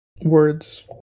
Words